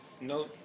no